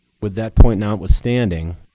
with that point notwithstanding,